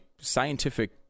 scientific